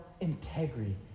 integrity